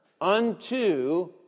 unto